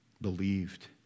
believed